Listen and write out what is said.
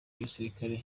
gisirikare